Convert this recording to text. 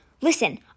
Listen